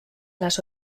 las